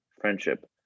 friendship